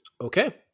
Okay